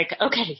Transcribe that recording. okay